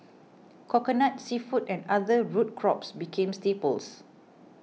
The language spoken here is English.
Coconut Seafood and other root crops became staples